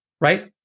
Right